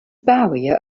barrier